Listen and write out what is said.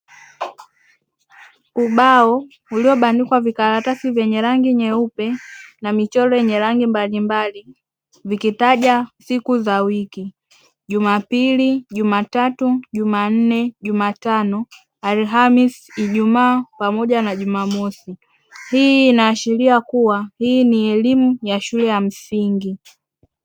Ubao uliobandikwa vikaratasi vyenye rangi nyeupe na michoro yenye rangi mbali mbali vikitaja siku za wiki: jumapili, jumatatu, jumanne, jumatano, alhamisi, ijumaa pamoja na jumamosi hii inaashiria kuwa hii ni elimu ya shule ya msingi.